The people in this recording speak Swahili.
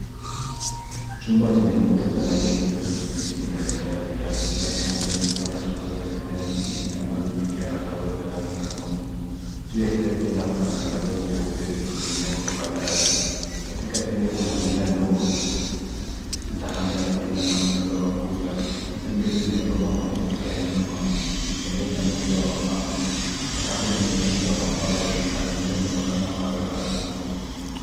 Chumba chenye kuta za rangi ya kijani kibichi zina vitanda vitatu kila kimoja kikiwa na shuka za kijani kibichi na baadhi zikiwa na taulo ya rangi ya nyekundu. Juu ya kila kitanda kuna chandaria cheupe zikining'inia kutoka dari. Katika pembe kuna meza ndogo za kando ya kiutanda na mwangaza wa ukuta. Picha mbele zimepambwa kwenye ukuta wa nyuma zikiongeza mguso wa mapambo. Sakafu imetengenezwa kwa mbao ikikamilisha mwonekano wa kawaida wa chumba.